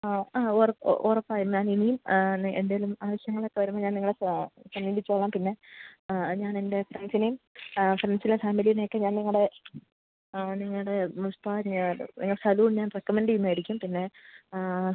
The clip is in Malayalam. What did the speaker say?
ആ ഉറപ്പ് ഉറപ്പായും ഞാനിനിയും ആ എന്തെങ്കിലും ആവശ്യങ്ങളൊക്ക വരുമ്പോള് ഞാൻ നിങ്ങളെ സമീപിച്ചോളാം പിന്നെ ഞാനെൻ്റെ ഫ്രണ്ട്സിനെയും ഫ്രണ്ട്സിലെ ഫാമിലീനെയൊക്കെ ഞാൻ നിങ്ങളുടെ ആ നിങ്ങളുടെ ഞാന് നിങ്ങളെ സലൂൺ ഞാൻ റെക്കമൻ്റെയ്യുന്നതായിരിക്കും പിന്നെ ആ